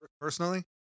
personally